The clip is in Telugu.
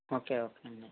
ఒకే ఒకే అండి